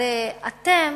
הרי אתם